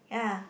ya